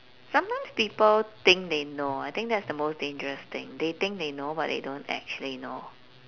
sometimes people think they know I think that's the most dangerous thing they think they know but they don't actually know